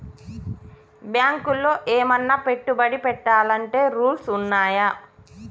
బ్యాంకులో ఏమన్నా పెట్టుబడి పెట్టాలంటే రూల్స్ ఉన్నయా?